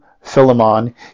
Philemon